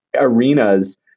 arenas